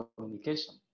communication